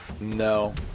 No